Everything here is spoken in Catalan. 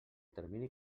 termini